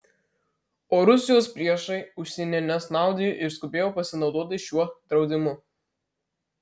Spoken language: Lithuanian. o rusijos priešai užsienyje nesnaudė ir skubėjo pasinaudoti šiuo draudimu